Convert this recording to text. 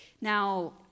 Now